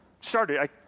started